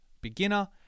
Beginner